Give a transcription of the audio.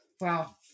Wow